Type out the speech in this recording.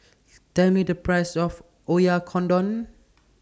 Tell Me The Price of Oyakodon